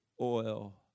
oil